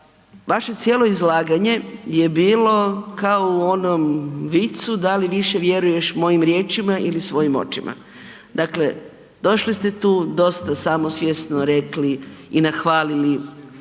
Vaše cijelo izlaganje je bilo kao u onom vicu, da li više vjeruješ mojim riječima ili svojim očima, dakle došli ste tu dosta samosvjesno rekli i nahvalili